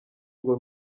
ngo